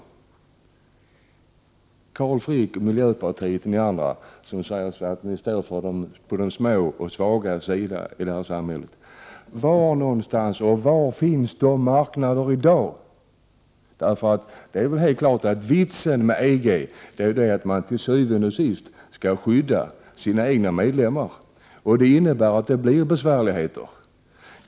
Men, Carl Frick från miljöpartiet och ni andra som säger att ni ställer er på de svagas sida i samhället, var finns de marknaderna i dag? Det är helt klart att vitsen med EG är att man till syvende och sist skall skydda sina egna medlemmar. Det innebär att det blir besvärligheter.